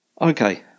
Okay